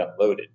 uploaded